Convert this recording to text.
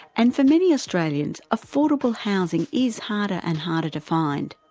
and for many australians, affordable housing is harder and harder to find.